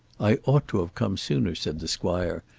i ought to have come sooner, said the squire,